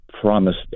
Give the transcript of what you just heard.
promised